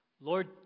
Lord